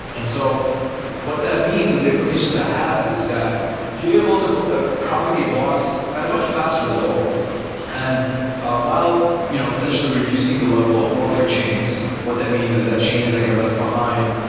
and so what that means and the implications that it has is that you're able to ah propagate blocks at a much faster level and while you know potentially reducing the level of orphan chains. what that means is that chains that get left behind,